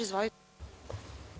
Izvolite.